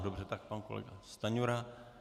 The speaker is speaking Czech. Dobře, tak pan kolega Stanjura.